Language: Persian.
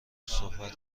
صحبت